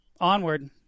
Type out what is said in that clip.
Onward